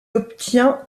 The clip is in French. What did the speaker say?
obtient